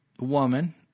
woman